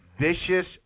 vicious